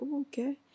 okay